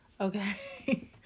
Okay